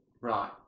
Right